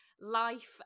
life